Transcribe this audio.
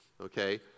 okay